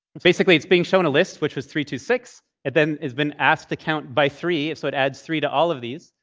basically, it's being shown a list, which was three two six. and then it's been asked to count by three, so it adds three to all of these.